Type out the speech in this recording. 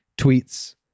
tweets